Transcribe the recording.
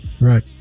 Right